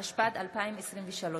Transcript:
תודה.